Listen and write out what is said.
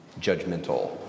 judgmental